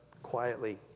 quietly